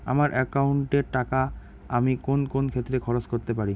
আমার একাউন্ট এর টাকা আমি কোন কোন ক্ষেত্রে খরচ করতে পারি?